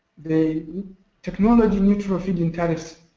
the technology neutral feed in tariffs